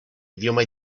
idioma